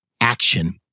Action